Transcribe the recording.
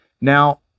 Now